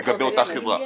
לגבי אותה חברה.